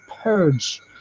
purge